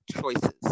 choices